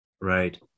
right